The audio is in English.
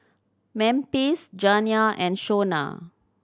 Memphis Janiah and Shona